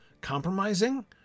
compromising